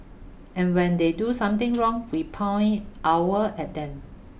and when they do something wrong we point our at them